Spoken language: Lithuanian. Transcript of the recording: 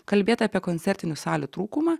kalbėt apie koncertinių salių trūkumą